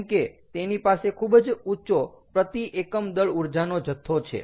કેમ કે તેની પાસે ખુબ જ ઊંચો પ્રતિ એકમ દળ ઊર્જાનો જથ્થો છે